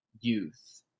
youth